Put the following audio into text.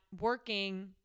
working